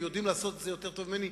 הם יודעים לעשות את זה יותר טוב ממני,